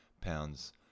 pounds